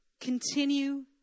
Continue